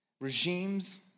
regimes